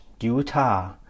Utah